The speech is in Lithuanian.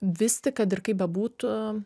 vis tik kad ir kaip bebūtų